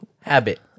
habit